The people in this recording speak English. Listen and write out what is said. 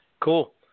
cool